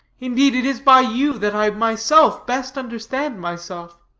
indeed, it is by you that i myself best understand myself.